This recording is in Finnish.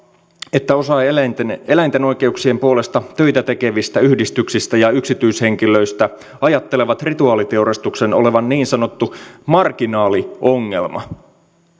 että osa eläinten oikeuksien puolesta töitä tekevistä yhdistyksistä ja yksityishenkilöistä ajattelee rituaaliteurastuksen olevan niin sanottu marginaaliongelma